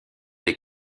les